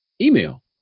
email